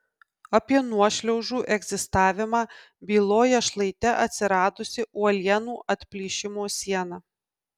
apie nuošliaužų egzistavimą byloja šlaite atsiradusi uolienų atplyšimo siena